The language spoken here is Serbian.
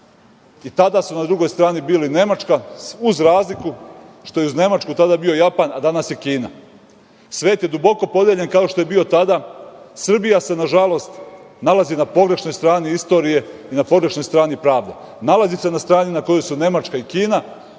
i tada su na drugoj stani bili Nemačka, uz razliku što je uz Nemačku tada bio Japan, a danas je Kina. Svet je duboko podeljen kao što je bio tada. Srbija se, nažalost, nalazi na pogrešnoj strani istorije i na pogrešnoj strani pravde. Nalazi se na strani na kojoj su Nemačka i Kina,